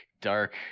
dark